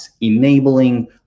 enabling